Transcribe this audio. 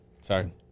Sorry